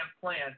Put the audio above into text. plan